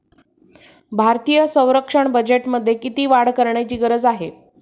भारतीय संरक्षण बजेटमध्ये किती वाढ करण्याची गरज आहे?